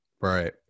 Right